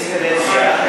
איזו קדנציה?